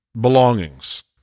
belongings